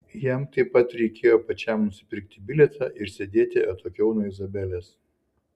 jam taip pat reikėjo pačiam nusipirkti bilietą ir sėdėti atokiau nuo izabelės